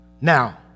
Now